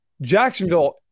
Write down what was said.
Jacksonville